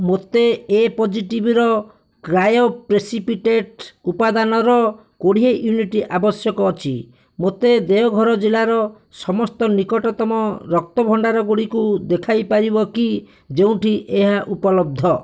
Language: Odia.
ମୋତେ ଏ ପଜିଟିଭ୍ ର କ୍ରାୟୋପ୍ରେସିପିଟେଟ୍ ଉପାଦାନର କୋଡ଼ିଏ ୟୁନିଟ୍ ଆବଶ୍ୟକ ଅଛି ମୋତେ ଦେଓଗଡ଼ ଜିଲ୍ଲାର ସମସ୍ତ ନିକଟତମ ରକ୍ତ ଭଣ୍ଡାରଗୁଡ଼ିକୁ ଦେଖାଇପାରିବ କି ଯେଉଁଠି ଏହା ଉପଲବ୍ଧ